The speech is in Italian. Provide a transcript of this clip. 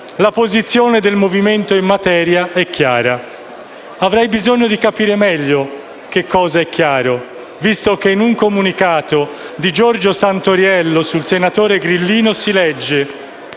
la posizione del Movimento in materia è chiara». Avrei bisogno di capire meglio che cosa è chiaro, visto che in un comunicato di Giorgio Santoriello, sul senatore grillino, si legge: